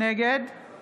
נגד